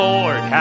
Lord